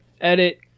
edit